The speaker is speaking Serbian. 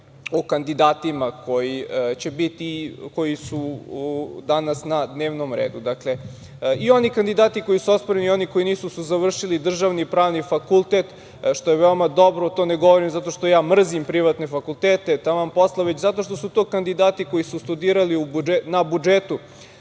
o kandidatima koji su danas na dnevnom redu. I oni kandidati koji su osporeni i oni koji nisu završili državni pravni fakultet, što je veoma dobro, to ne govorim zato što ja mrzim privatne fakultete, taman posla, već zato što su to kandidati koji su studirali na budžetu